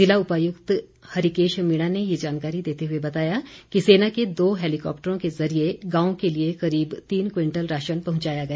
जिला उपायुक्त हरिकेश मीणा ने यह जानकारी देते हुए बताया कि सेना के दो हेलिकॉप्टरों के जरिए गांव के लिए करीब तीन क्विंटल राशन पहुंचाया गया